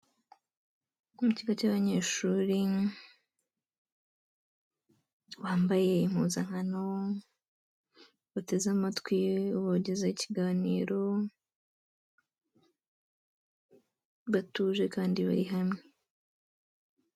Mu kigo cy'abanyeshuri, bambaye impuzankano bateze amatwi ubagezaho ikiganiro, batuje kandi bari hamwe.